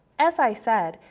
as i said,